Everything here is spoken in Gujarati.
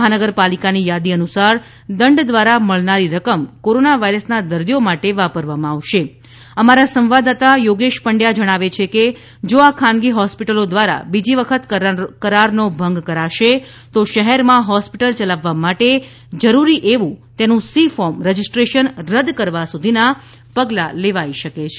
મહાનગર પાલિકાની યાદી અનુસાર દંડ દ્વારા મળનારી રકમ કોરોના વાયરસના દર્દીઓ માટે વાપરવામાં આવશે અમારા સંવાદદાતા યોગેશ પંડ્યા જણાવે છે કે જો આ ખાનગી હોસ્પિટલો દ્વારા બીજી વખત કરારનો ભંગ કરશે તો શહેરમાં હોસ્પિટલ ચલાવવા માટે જરૂરી એવું તેનું સી ફોર્મ રજીસ્ટ્રેશન રદ કરવા સુધીના પગલાં લેવાઈ શકે છે